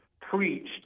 preached